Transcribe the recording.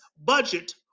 budget